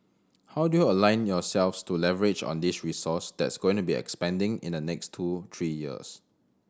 how do you align yourselves to leverage on this resource that's going to expanding in the next two three years